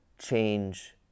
change